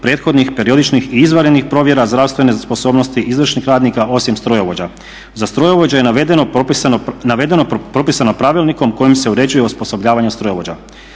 prethodnih periodičnih i izvanrednih provjera zdravstvene sposobnosti, izvršnih radnika osim strojovođa. Za strojovođe je navedeno propisano pravilnikom kojim se uređuje osposobljavanje strojovođa.